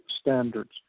standards